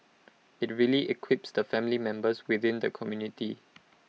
IT really equips the family members within the community